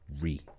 re